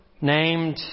named